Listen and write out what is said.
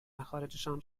مخارجشان